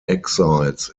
exiles